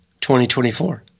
2024